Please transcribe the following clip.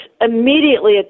immediately